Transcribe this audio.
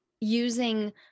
Using